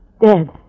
Dead